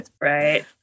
Right